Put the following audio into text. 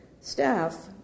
staff